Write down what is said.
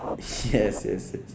yes yes yes